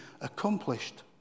accomplished